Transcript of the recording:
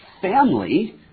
family